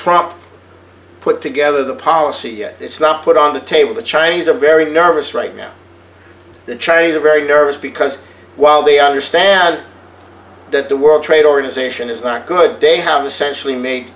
trump put together the policy yet that's not put on the table the chinese are very nervous right now the chinese are very nervous because while they understand that the world trade organization is not good day have essen